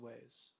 ways